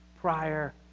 prior